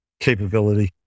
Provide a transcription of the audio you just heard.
capability